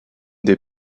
des